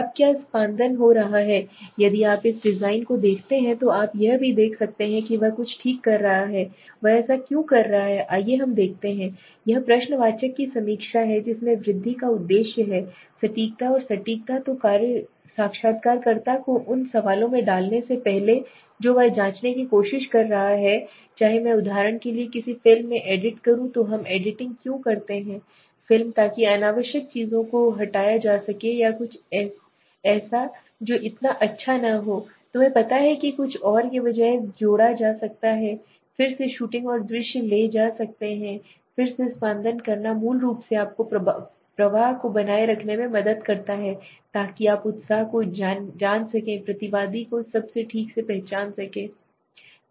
अब क्या संपादन हो रहा है यदि आप इस डिज़ाइन को देखते हैं तो आप यह भी देख सकते हैं कि वह कुछ ठीक कर रहा है वह ऐसा क्यों कर रहा है आइए हम देखते हैं यह प्रश्नवाचक की समीक्षा है जिसमें वृद्धि का उद्देश्य है सटीकता और सटीकता तो साक्षात्कारकर्ता को उन सवालों में डालने से पहले जो वह जांचने की कोशिश कर रहा है चाहे मैं उदाहरण के लिए किसी फिल्म में एडिट करूं तो हम एडिटिंग क्यों करते हैं फिल्म ताकि अनावश्यक चीजों को हटाया जा सके या ऐसा कुछ जो इतना अच्छा न हो तुम्हें पता है कि कुछ और के बजाय जोड़ा जा सकता है फिर से शूटिंग और दृश्य ले जा सकता है फिर से संपादन करना मूल रूप से आपको प्रवाह को बनाए रखने में मदद करता है ताकि आप उत्साह को जान सकें प्रतिवादी और सब ठीक है